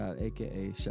AKA